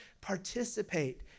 Participate